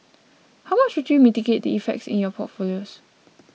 how would you mitigate the effects in your portfolios